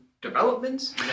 developments